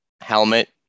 helmet